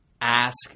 ask